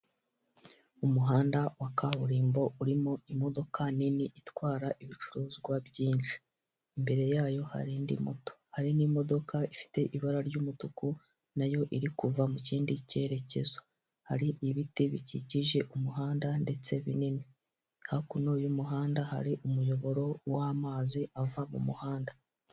Umuhanda wa kaburimbo urimo imodoka nini itwara ibicuruzwa byinshi, imbere yayo hari indi moto hari n'imodoka ifite ibara ry'umutuku, nayo iri kuva mu kindi cyerekezo, hari ibiti bikikije umuhanda ndetse binini, hakuno y'umuhanda hari umuyoboro w'amazi ava mu muhanda.